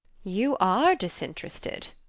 you are disinterested!